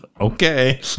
Okay